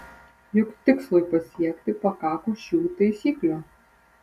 juk tikslui pasiekti pakako šių taisyklių